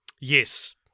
Yes